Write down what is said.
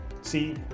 See